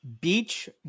beach